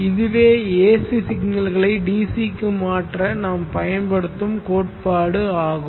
இதுவே AC சிக்னல்களை DC க்கு மாற்ற நாம் பயன்படுத்தும் கோட்பாடு ஆகும்